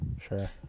Sure